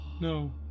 No